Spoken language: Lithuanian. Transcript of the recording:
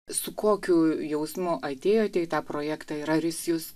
su kokiu jausmu atėjote į tą projektą ir ar jis jus